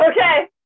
Okay